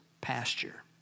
pasture